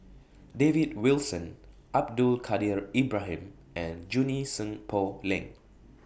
David Wilson Abdul Kadir Ibrahim and Junie Sng Poh Leng